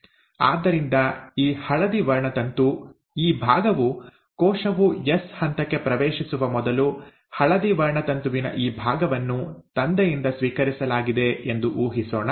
ಆದ್ದರಿಂದ ಈ ಹಳದಿ ವರ್ಣತಂತು ಈ ಭಾಗವು ಕೋಶವು ಎಸ್ ಹಂತಕ್ಕೆ ಪ್ರವೇಶಿಸುವ ಮೊದಲು ಹಳದಿ ವರ್ಣತಂತುವಿನ ಈ ಭಾಗವನ್ನು ತಂದೆಯಿಂದ ಸ್ವೀಕರಿಸಲಾಗಿದೆ ಎಂದು ಊಹಿಸೋಣ